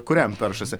kuriam peršasi